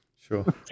Sure